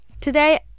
today